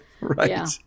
Right